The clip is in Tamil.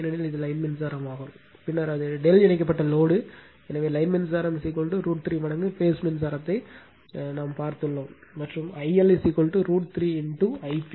ஏனெனில் இது லைன் மின்சாரமாகும் பின்னர் அது ∆ இணைக்கப்பட்ட லோடு எனவே லைன் மின்சாரம் √ 3 மடங்கு பேஸ் மின்சாரத்தை நாம் பார்த்துள்ளோம் மற்றும் IL √ 3 Ip